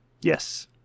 Yes